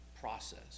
process